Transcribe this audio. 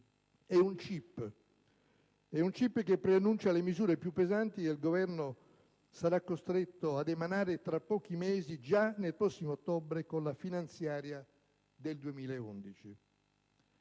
è un *chip* che preannuncia le misure più pesanti che il Governo sarà costretto ad emanare tra pochi mesi, già nel prossimo ottobre, con la finanziaria del 2011.